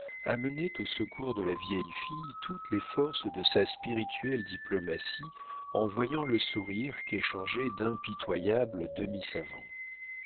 amenait au secours de la vieille fille toutes les forces de sa spirituelle diplomatie en voyant le sourire qu'échangeaient d'impitoyables